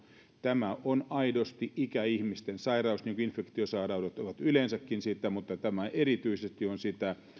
tämä on aidosti ikäihmisten sairaus niin kuin infektiosairaudet ovat yleensäkin mutta tämä erityisesti on sitä